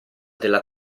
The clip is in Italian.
della